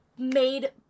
made